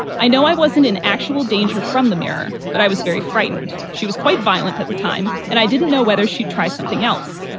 i know i wasn't in actual danger from the mirror, but i was very frightened. she was quite violent at the time and i didn't know whether she'd try something else.